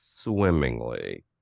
swimmingly